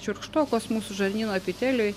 šiurkštokos mūsų žarnyno epiteliui